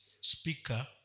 speaker